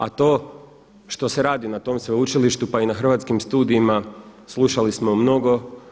A to što se radi na tom sveučilištu, pa i na Hrvatskim studijima slušali smo mnogo.